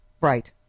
right